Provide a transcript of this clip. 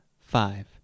five